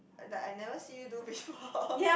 like I never see you do visual~